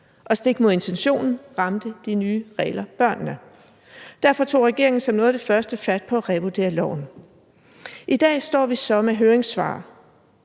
og stik imod intentionen ramte de nye regler børnene. Derfor tog regeringen som noget af det første fat på at revurdere loven. I dag står vi så med høringssvar